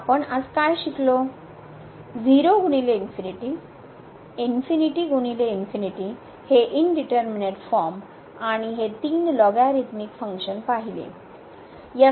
तर आपण आज काय शिकलो हे इंडिटरमिनेट फॉर्म आणि हे तीन लॉगरिथमिक फंक्शन पाहिले